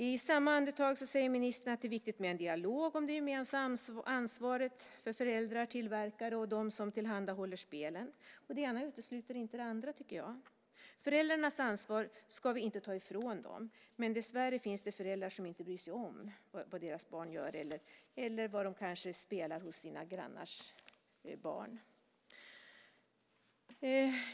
I samma andetag säger ministern att det är viktigt med en dialog om det gemensamma ansvaret för föräldrar, tillverkare och dem som tillhandahåller spelen. Det ena utesluter inte det andra, anser jag. Föräldrarnas ansvar ska vi inte ta ifrån dem, men dessvärre finns det föräldrar som inte bryr sig om vad deras barn gör eller vad de kanske spelar för spel med grannars barn.